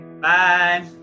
bye